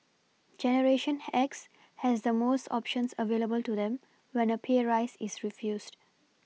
generation X has the most options available to them when a pay rise is refused